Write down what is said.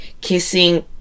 Kissing